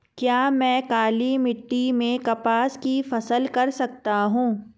क्या मैं काली मिट्टी में कपास की फसल कर सकता हूँ?